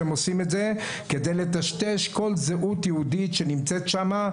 שהם עושים את זה כדי לטשטש כל זהות יהודית שנמצאת שם,